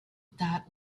that